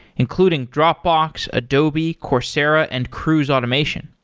including dropbox, adobe, coursera and cruise automation.